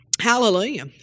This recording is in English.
Hallelujah